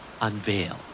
Unveil